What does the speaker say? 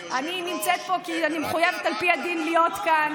אני נמצאת פה כי אני מחויבת על פי הדין להיות כאן.